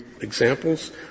examples